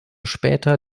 später